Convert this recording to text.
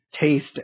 taste